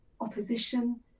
opposition